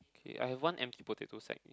K I have one empty potato sack